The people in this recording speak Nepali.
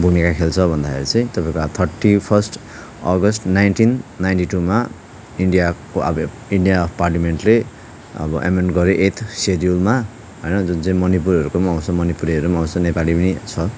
भूमिका खेल्छ भन्दाखेरि चाहिँ तपाईँको अब थर्टी फर्स्ट अगस्त नाइन्टिन नाइन्टी टुमा इन्डियाको अब अफ् इन्डिया अफ् पार्लियामेन्टले अब एमडमेन्ड गर्यो एट्थ सेड्युलमा होइन त्यो जे मणिपुरहरूको पनि आउँछ मणिपुरीहरू पनि आउँछ नेपालीमै छ